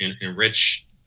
enrich